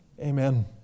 Amen